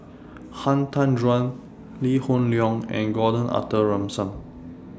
Han Tan Juan Lee Hoon Leong and Gordon Arthur Ransome